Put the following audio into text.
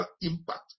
impact